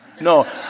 no